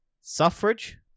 Suffrage